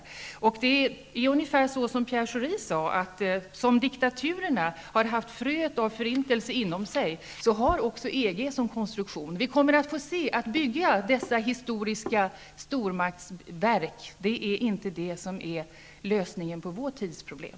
Precis som Pierre Schori sade, att som diktaturerna haft fröet av förintelse inom sig, har också EG det i sin konstruktion. Vi kommer att se att ett byggande av dessa historiska stormaktsverk är inte det som är lösningen på vår tids problem.